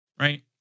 right